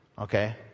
okay